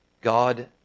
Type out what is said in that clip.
God